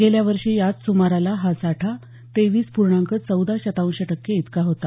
गेल्या वर्षी याच सुमारास हा साठा तेवीस पूर्णांक चौदा शतांश टक्के इतका होता